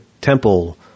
temple